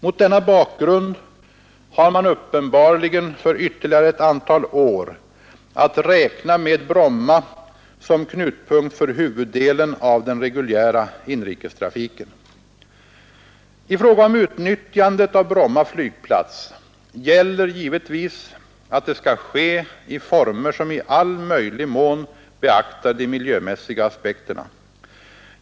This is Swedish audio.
Mot denna bakgrund har man uppenbarligen för ytterligare ett antal år att räkna med Bromma som knutpunkt för huvuddelen av den reguljära inrikestrafiken. I fråga om utnyttjandet av Bromma flygplats gäller givetvis att det skall ske i former som i all möjlig mån beaktar de miljömässiga aspekterna.